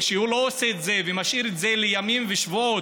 כשהוא לא עושה את זה ומשאיר את זה ימים ושבועות,